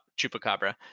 chupacabra